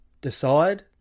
decide